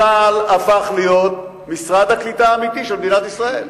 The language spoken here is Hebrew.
צה"ל הפך להיות משרד הקליטה האמיתי של מדינת ישראל,